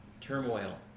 turmoil